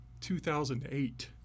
2008